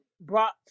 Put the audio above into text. brought